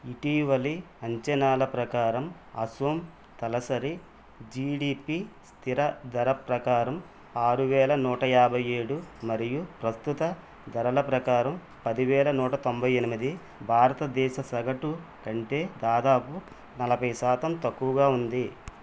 ఇటీవలి అంచనాల ప్రకారం అస్సోమ్ తలసరి జీడీపీ స్థిర ధరల ప్రకారం ఆరు వేల నూటయాభై ఏడు మరియు ప్రస్తుత ధరల ప్రకారం పదివేల నూటతొంబై ఎనిమిది భారతదేశ సగటు కంటే దాదాపు నలభై శాతం తక్కువగా ఉంది